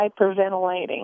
hyperventilating